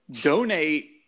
donate